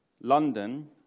London